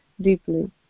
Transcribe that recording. deeply